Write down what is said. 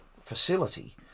facility